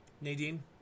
Nadine